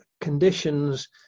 conditions